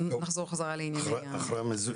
התשפ"א-2021 אושרה.